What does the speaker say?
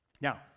Now